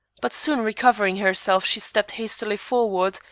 but soon recovering herself, she stepped hastily forward,